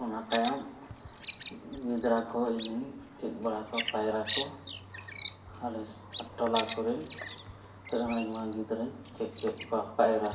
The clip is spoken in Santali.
ᱚᱱᱟ ᱛᱟᱭᱚᱢ ᱜᱤᱫᱽᱨᱟᱹ ᱠᱚ ᱤᱧᱼᱤᱧ ᱪᱮᱫ ᱵᱟᱲᱟ ᱠᱚᱣᱟ ᱯᱟᱭᱨᱟ ᱠᱚ ᱟᱞᱮ ᱴᱚᱞᱟ ᱠᱚᱨᱮᱱ ᱟᱭᱢᱟ ᱜᱤᱫᱽᱨᱟᱹᱧ ᱪᱮᱫ ᱠᱮᱫ ᱠᱚᱣᱟ ᱯᱟᱭᱨᱟ